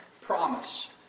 promise